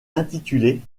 intitulée